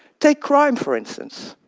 take crime, for instance